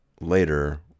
later